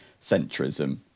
centrism